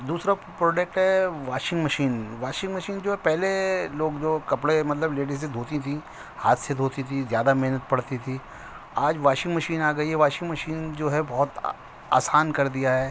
دوسرا product washing machine washing machine جو پہلے لوگ جو کپڑے مطلب لیڈیسیں دھوتی تھیں ہاتھ سے دھوتی تھیں زیادہ محنت پڑتی تھی آج واشنگ مشین آ گئی ہے واشنگ مشین جو ہے بہت آسان کر دیا ہے